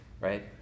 right